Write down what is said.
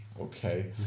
Okay